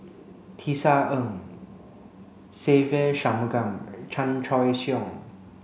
Tisa Ng Se Ve Shanmugam Chan Choy Siong